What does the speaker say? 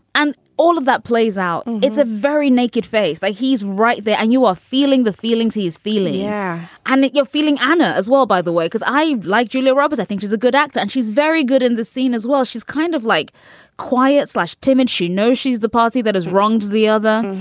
and all of that plays out. it's a very naked face. like he's right there. and you are feeling the feelings he's feeling. yeah and i think you're feeling anna as well, by the way, because i like julia roberts. i think she's a good actor and she's very good in the scene as well. she's kind of like quiet, slash, timid. she knows she's the party that has wronged the other.